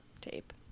Tape